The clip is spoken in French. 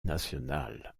nationale